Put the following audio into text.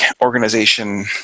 organization